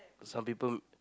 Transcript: some people